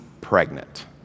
pregnant